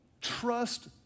Trust